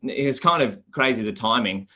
is kind of crazy the timing.